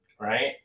right